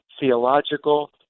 theological